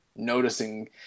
noticing